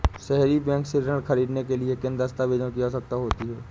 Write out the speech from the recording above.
सहरी बैंक से ऋण ख़रीदने के लिए किन दस्तावेजों की आवश्यकता होती है?